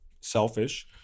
selfish